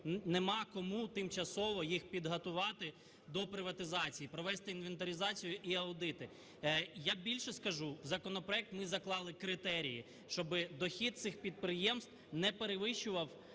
немає кому тимчасово їх підготувати до приватизації і провести інвентаризацію і аудити. Я більше скажу, в законопроект ми заклали критерії, щоб дохід цих підприємств не перевищував